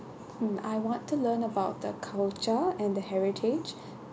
mm I want to learn about the culture and heritage